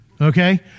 Okay